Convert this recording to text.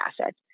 asset